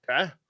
Okay